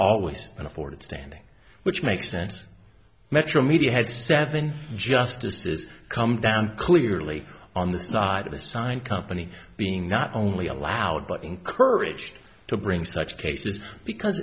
always been afforded standing which makes sense metromedia had seven justices come down clearly on the side of this sign company being not only allowed but encouraged to bring such cases because